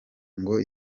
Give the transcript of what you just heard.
ngo